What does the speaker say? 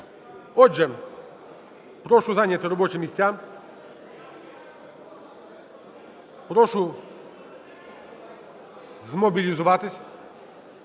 Отже, прошу зайняти робочі місця. Прошу змобілізуватись.